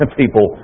people